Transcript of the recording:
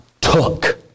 took